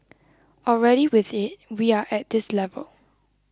already with it we are at this level